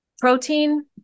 protein